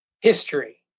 history